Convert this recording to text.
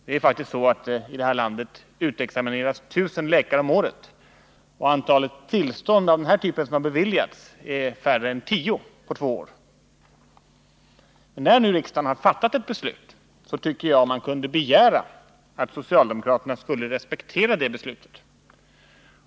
Det är faktiskt så att i det här landet utexamineras 1 000 läkare om året, och antalet beviljade tillstånd av den här typen är lägre än tio på två år. När nu riksdagen har fattat ett beslut, så tycker jag man kunde begära att socialdemokraterna skulle respektera det beslutet.